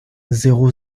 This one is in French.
zéro